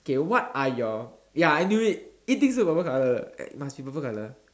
okay what are your ya I knew it 一定随 purple colour 的 must be purple colour